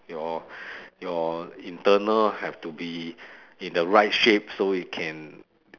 your your internal have to be in the right shape so it can